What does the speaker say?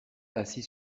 assis